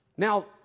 Now